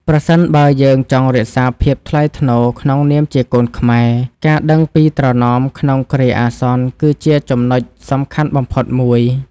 ប្រសិនបើយើងចង់រក្សាភាពថ្លៃថ្នូរក្នុងនាមជាកូនខ្មែរ ការដឹងពីត្រណមក្នុងគ្រាអាសន្ន គឺជាចំណុចសំខាន់បំផុតមួយ។